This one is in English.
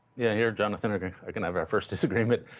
yeah here, jonathan and i are going to have our first disagreement.